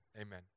amen